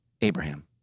Abraham